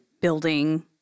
building